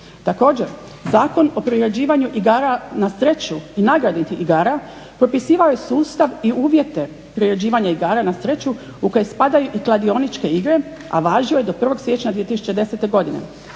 Također Zakon o priređivanju igara na sreću i …/Ne razumije se./… igara propisivao je sustav i uvjete priređivanja igara na sreću u koje spadaju i kladioničke igre, a važio je do 1. Siječnja 2010. Godine.